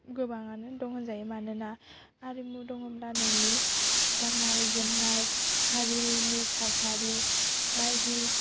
गोबाङानो दं होनजायो मानोना आरिमु दङब्ला नोंनि गान्नाय जोमनाय हारिनि थासारि बायदि